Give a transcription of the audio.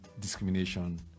discrimination